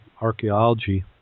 archaeology